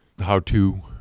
how-to